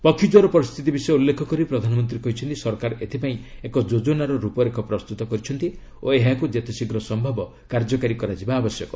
ପକ୍ଷୀ ଜ୍ୱର ପରିସ୍ଥିତି ବିଷୟ ଉଲ୍ଲେଖ କରି ପ୍ରଧାନମନ୍ତ୍ରୀ କହିଛନ୍ତି ସରକାର ଏଥିପାଇଁ ଏକ ଯୋଜନାର ରୂପରେଖ ପ୍ରସ୍ତୁତ କରିଛନ୍ତି ଓ ଏହାକୁ ଯେତେଶୀଘ୍ର ସ୍ଥୟବ କାର୍ଯ୍ୟକାରୀ କରାଯିବା ଆବଶ୍ୟକ